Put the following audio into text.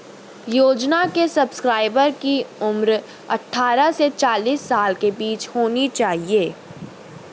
योजना के सब्सक्राइबर की उम्र अट्ठारह से चालीस साल के बीच होनी चाहिए